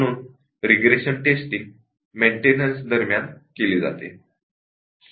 म्हणून regression testing maintenance दरम्यान केली जाते